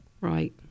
Right